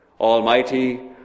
Almighty